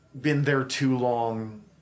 been-there-too-long